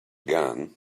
gun